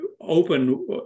open